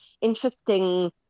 interesting